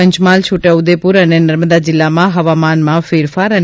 ાં ચમહાલ છોટાઉદેપુર અને નર્મદા જીલ્લામાં હવામાનમાં ફેરફાર અને